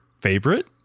favorite